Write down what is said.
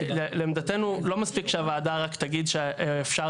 לעמדתנו לא מספיק שהוועדה רק תגיד שאפשר,